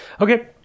okay